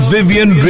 Vivian